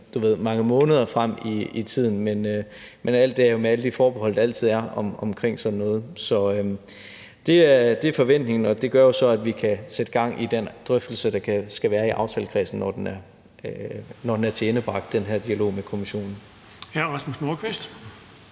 sådan mange måneder frem i tiden. Men alt det er jo med alle de forbehold, der altid er omkring sådan noget. Så det er forventningen, og det gør jo så, at vi kan sætte gang i den drøftelse, der skal være i aftalekredsen, når den her dialog med Kommissionen